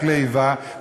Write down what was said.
רק לאיבה,